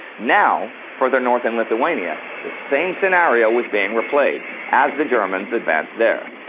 now, further north in lithuania, the same scenario was being replayed, as the germans advanced there.